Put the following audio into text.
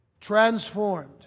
Transformed